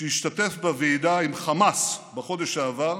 שהשתתף בוועידה עם חמאס בחודש שעבר,